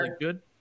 good